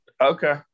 Okay